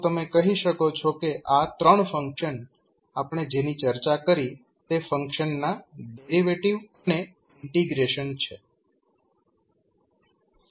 તો તમે કહી શકો છો કે આ 3 ફંક્શન આપણે જેની ચર્ચા કરી તે ફંક્શનના ડેરિવેટિવ અથવા ઇન્ટિગ્રેશન છે